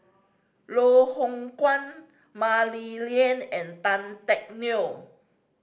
Loh Hoong Kwan Mah Li Lian and Tan Teck Neo